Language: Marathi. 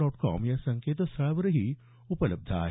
डॉट कॉम या संकेतस्थळावरही उपलब्ध आहे